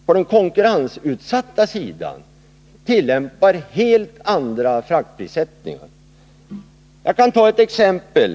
På den konkurrensutsatta sidan tillämpar SJ däremot en helt annan fraktprissättning. Jag kan ta ett exempel.